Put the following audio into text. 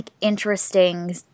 interesting